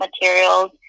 materials